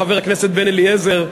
חבר הכנסת בן-אליעזר,